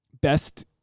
best